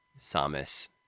Samus